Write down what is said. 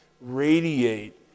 radiate